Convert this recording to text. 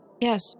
Yes